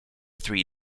three